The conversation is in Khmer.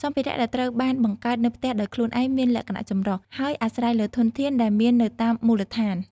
សម្ភារៈដែលត្រូវបានបង្កើតនៅផ្ទះដោយខ្លួនឯងមានលក្ខណៈចម្រុះ ហើយអាស្រ័យលើធនធានដែលមាននៅតាមមូលដ្ឋាន។